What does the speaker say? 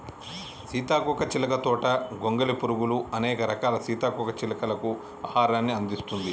సీతాకోక చిలుక తోట గొంగలి పురుగులు, అనేక రకాల సీతాకోక చిలుకలకు ఆహారాన్ని అందిస్తుంది